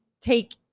take